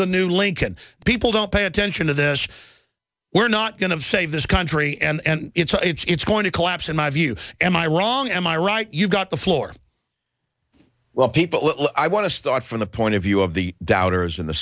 the new lincoln people don't pay attention to this we're not going to save this country and it's going to collapse in my view am i wrong am i right you've got the floor well people i want to start from the point of view of the doubters in the